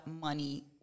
money